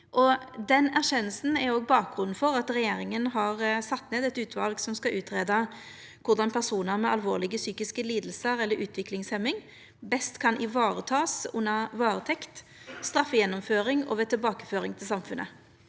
Den erkjenninga er òg bakgrunnen for at regjeringa har sett ned eit utval som skal greia ut korleis personar med alvorlege psykiske lidingar eller utviklingshemming best kan verta varetekne under varetekt, straffegjennomføring og ved tilbakeføring til samfunnet.